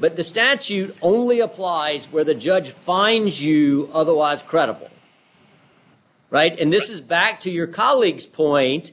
but the statute only applies where the judge finds you otherwise credible right and this is back to your colleague's point